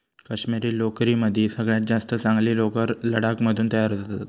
काश्मिरी लोकरीमदी सगळ्यात जास्त चांगली लोकर लडाख मधून तयार जाता